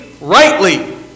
rightly